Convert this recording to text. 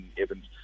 Evans